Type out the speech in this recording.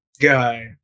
guy